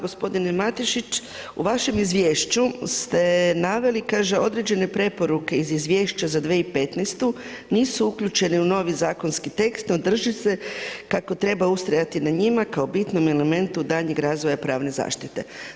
Gospodine Matešić u vašem izvješću kaže određene preporuke iz izvješća za 2015. nisu uključeni u novi zakonski tekst no drži se kako treba ustrajati na njima kao bitnom elementu daljnjeg razvoja pravne zaštite.